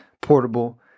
portable